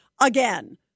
again